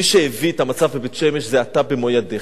מי שהביא את המצב בבית-שמש זה אתה במו-ידיך,